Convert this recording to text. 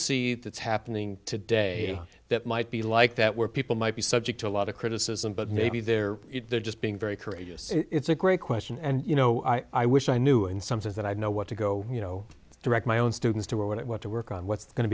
see that's happening today that might be like that where people might be subject to a lot of criticism but maybe they're just being very courageous it's a great question and you know i wish i knew in some sense that i know what to go you know direct my own students to what i want to work on what's going to